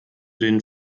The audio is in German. den